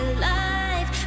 alive